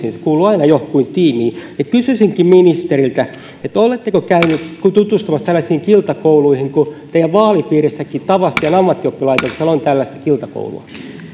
kuuluu aina johonkin tiimiin kysyisinkin ministeriltä oletteko käynyt tutustumassa tällaisiin kiltakouluihin kun teidän vaalipiirissännekin tavastian ammattioppilaitoksella on tällaista kiltakoulua